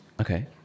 okay